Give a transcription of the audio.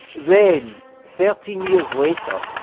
then, thirteen years later,